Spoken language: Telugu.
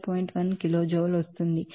1 కిలోజౌల్ వస్తుంది